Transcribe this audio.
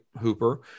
Hooper